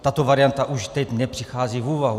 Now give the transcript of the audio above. Tato varianta už teď nepřichází v úvahu.